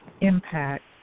impact